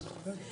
רוצה